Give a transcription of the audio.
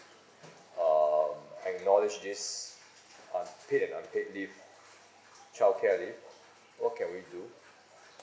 um acknowledge this unpaid and unpaid leave childcare leave what can we do